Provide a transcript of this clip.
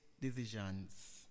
decisions